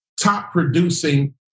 top-producing